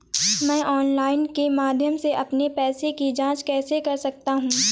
मैं ऑनलाइन के माध्यम से अपने पैसे की जाँच कैसे कर सकता हूँ?